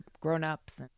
grown-ups